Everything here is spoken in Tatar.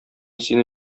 сине